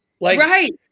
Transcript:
Right